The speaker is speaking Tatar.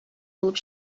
булып